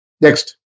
Next